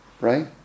right